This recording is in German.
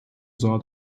sah